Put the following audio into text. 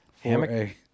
Hammock